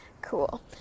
Cool